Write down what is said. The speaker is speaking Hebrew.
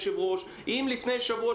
אם לפני שבוע,